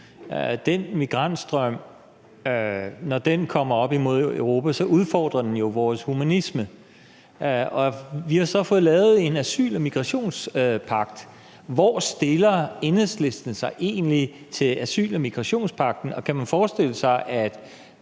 den migrantstrøm kommer op imod Europa, udfordrer det jo vores humanisme. Vi har så fået lavet en asyl- og migrationspagt. Hvor stiller Enhedslisten sig egentlig til asyl- og migrationspagten? Kan man forestille sig, at